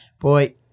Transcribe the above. boy